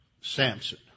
Samson